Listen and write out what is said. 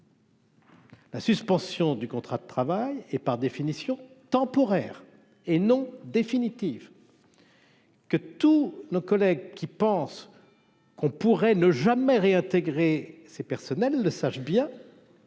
La suspension du contrat de travail est par définition temporaire et non définitive. Que tous nos collègues qui pensent qu'on pourrait ne jamais réintégrer ses personnels le savent bien.